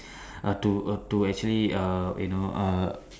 err to err to actually err you know err